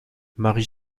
marie